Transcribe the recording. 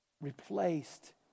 replaced